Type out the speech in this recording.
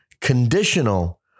conditional